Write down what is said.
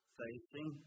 facing